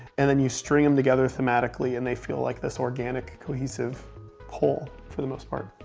and then you string em together thematically. and they feel like this organic, cohesive pull, for the most part.